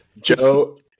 Joe